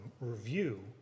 review